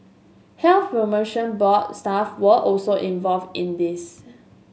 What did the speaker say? Health Promotion Board staff are also involved in this